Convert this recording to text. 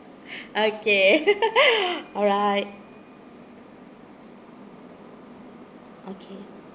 okay alright okay